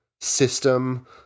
System